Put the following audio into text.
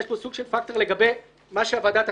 יש פה סוג של פקטור לגבי מה שהוועדה תחליט,